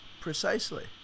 Precisely